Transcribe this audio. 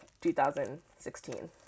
2016